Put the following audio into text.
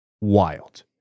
wild